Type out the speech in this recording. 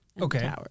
Okay